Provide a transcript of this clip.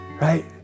Right